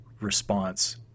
response